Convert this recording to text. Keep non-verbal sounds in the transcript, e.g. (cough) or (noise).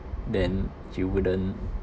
then you wouldn't (breath)